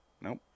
Nope